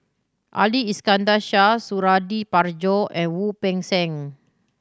Ali Iskandar Shah Suradi Parjo and Wu Peng Seng